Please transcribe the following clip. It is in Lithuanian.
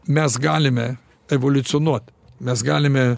mes galime evoliucionuot mes galime